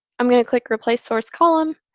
i'm going to click replace source column.